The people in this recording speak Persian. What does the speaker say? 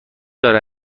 داره